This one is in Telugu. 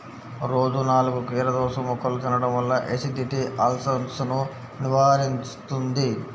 రోజూ నాలుగు కీరదోసముక్కలు తినడం వల్ల ఎసిడిటీ, అల్సర్సను నివారిస్తుంది